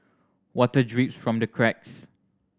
water drips from the cracks